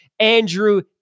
Andrew